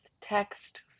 text